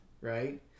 right